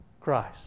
Christ